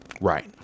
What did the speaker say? Right